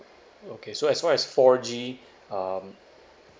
okay so as far as four G um